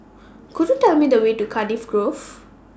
Could YOU Tell Me The Way to Cardiff Grove